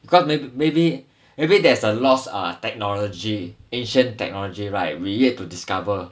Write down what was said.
because maybe maybe maybe there's a loss uh technology asian technology right we yet to discover